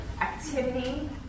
activity